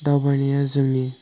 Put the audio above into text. दावबायनाया जोंनि